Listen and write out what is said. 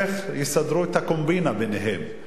איך יסדרו את הקומבינה ביניהם,